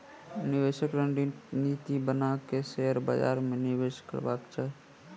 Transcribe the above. निवेशक रणनीति बना के शेयर बाजार में निवेश करबाक चाही